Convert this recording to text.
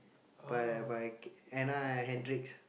by by Anna-Kendrick